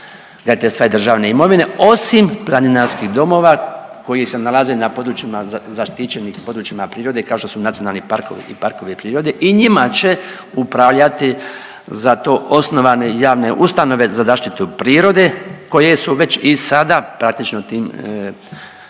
graditeljstva i državne imovine osim planinarskih domova koji se nalaze na područjima zaštićenih područjima prirode kao što su nacionalni parkovi i parkovi prirode i njima će upravljati za to osnovane javne ustanove za zaštitu prirode koje su već i sada praktično tim planinarskim